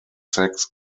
sex